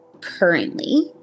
currently